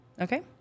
Okay